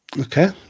Okay